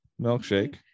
milkshake